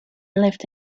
lived